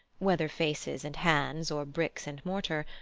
whether faces and hands or bricks and mortar,